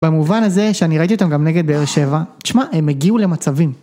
במובן הזה, שאני ראיתי אותם גם נגד בבאר שבע שמע, הם הגיעו למצבים.